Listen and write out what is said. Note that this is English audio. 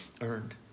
earned